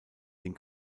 den